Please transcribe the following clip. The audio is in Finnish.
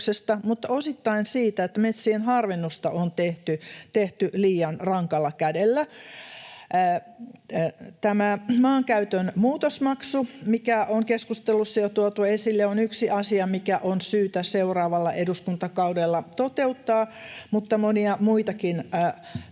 mutta osittain siitä, että metsien harvennusta on tehty liian rankalla kädellä. Maankäytön muutosmaksu, mikä on keskustelussa jo tuotu esille, on yksi asia, mikä on syytä seuraavalla eduskuntakaudella toteuttaa, mutta monia muitakin toimia